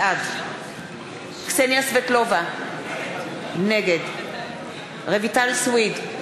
בעד קסניה סבטלובה, נגד רויטל סויד,